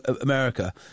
America